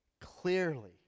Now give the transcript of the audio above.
clearly